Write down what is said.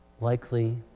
Likely